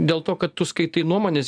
dėl ko kad tu skaitai nuomonės